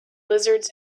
lizards